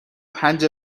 پنج